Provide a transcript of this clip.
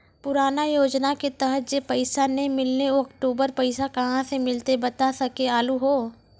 पुराना योजना के तहत जे पैसा नै मिलनी ऊ अक्टूबर पैसा कहां से मिलते बता सके आलू हो?